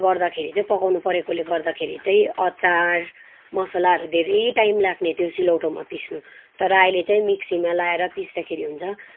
गर्दाखेरि चाहिँ पकाउनु परेकोले गर्दाखेरि चाहिँ अचार मसालाहरू धेरै टाइम लाग्ने त्यो सिलौटोमा पिस्नु तर अहिले चाहिँ मिक्सीमा लाएर पिस्दाखेरि हुन्छ